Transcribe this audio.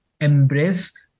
embrace